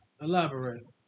Elaborate